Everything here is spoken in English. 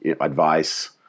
advice